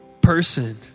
person